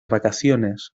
vacaciones